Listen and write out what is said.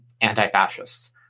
anti-fascists